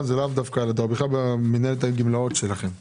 לכן אנחנו מקדמים כבר השנה הסכם לתוספת של 3,000 יחידות דיור,